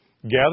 gather